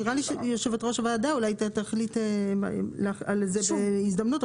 נראה לי שאולי יו"ר הוועדה תחליט על איזושהי הזדמנות,